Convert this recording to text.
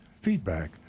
feedback